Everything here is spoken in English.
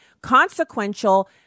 consequential